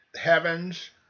heavens